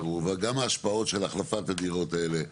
ברור, וגם ההשפעות של החלפת הדירות האלה.